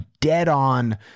dead-on